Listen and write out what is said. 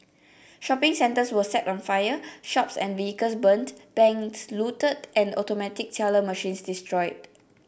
shopping centers were set on fire shops and vehicles burnt banks looted and automatic teller machines destroyed